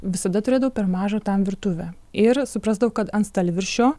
visada turėdavau per mažą tam virtuvę ir suprasdavo kad ant stalviršio